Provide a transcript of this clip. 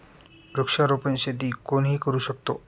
वृक्षारोपण शेती कोणीही करू शकतो